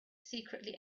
secretly